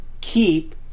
keep